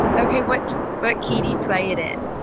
okay. what but key do you play it in?